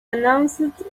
announced